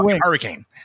hurricane